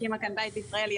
הקימה כאן בית בישראל,